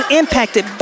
impacted